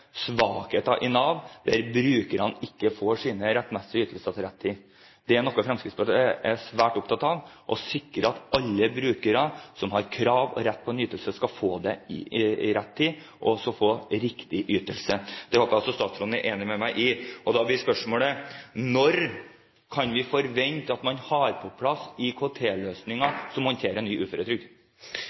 svakheter i Nav, at brukerne ikke får sine rettmessige ytelser til rett tid. Det er noe Fremskrittspartiet er svært opptatt av, å sikre at alle brukere som har krav og rett på en ytelse, skal få det i rett tid, og også få riktig ytelse. Det håper jeg også statsråden er enig med meg i. og da blir spørsmålet: Når kan vi forvente at man har på plass IKT-løsninger som håndterer ny uføretrygd?